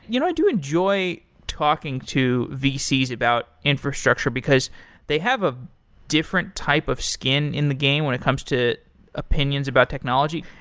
you know i do enjoy talking to vcs about infrastructure, because they have a different type of skin in the game when it comes to opinions about technology.